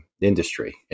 industry